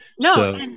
No